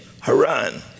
Haran